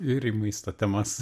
ir į maisto temas